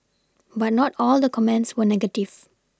but not all the comments were negative